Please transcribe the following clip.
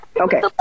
okay